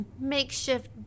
makeshift